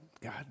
God